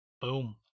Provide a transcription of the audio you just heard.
Boom